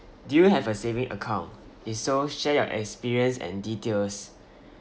do you have a saving account if so share your experience and details